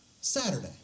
Saturday